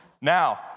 now